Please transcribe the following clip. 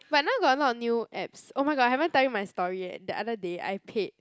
but now got a lot of new apps oh my god I haven't tell you my story yet the other day I paid